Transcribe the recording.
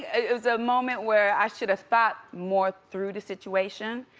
it was a moment where i should've thought more through the situation.